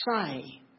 say